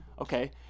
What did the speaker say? okay